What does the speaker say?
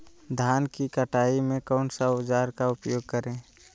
धान की कटाई में कौन सा औजार का उपयोग करे?